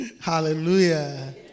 Hallelujah